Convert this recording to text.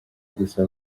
gusa